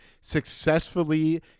successfully –